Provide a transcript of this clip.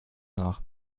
nach